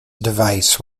device